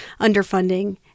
underfunding